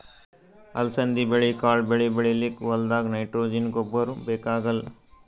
ಅಲಸಂದಿ ಕಾಳ್ ಬೆಳಿ ಬೆಳಿಲಿಕ್ಕ್ ಹೋಲ್ದಾಗ್ ನೈಟ್ರೋಜೆನ್ ಗೊಬ್ಬರ್ ಬೇಕಾಗಲ್